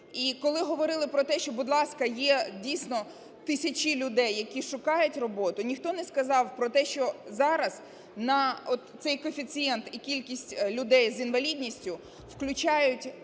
І коли говорили про те, що, будь ласка, є дійсно тисячі людей, які шукають роботу, ніхто не сказав про те, що зараз на от цей коефіцієнт і кількість людей з інвалідністю включають